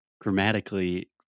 grammatically